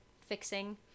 fixing